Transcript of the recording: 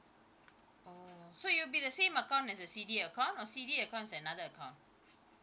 oh so it'll be the same account as the C_D_A account or C_D_A account is another account